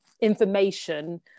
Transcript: information